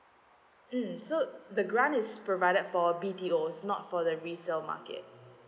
mm so the grant is provided for B_T_O not for the resale market